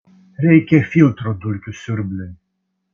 reikia filtro dulkių siurbliui